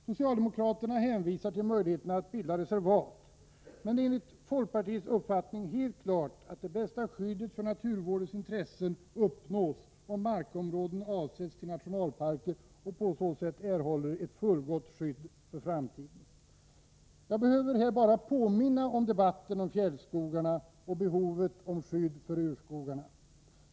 Socialdemokraterna hänvisar till möjligheterna att bilda reservat, men det är enligt folkpartiets uppfattning helt klart att det bästa skyddet för naturvårdens intressen uppnås om markområden avsätts till nationalparker och på så sätt erhåller ett fullgott skydd för framtiden. Jag behöver här bara påminna om debatten om fjällskogarna och behovet av skydd för urskogar.